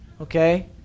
Okay